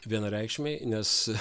vienareikšmiai nes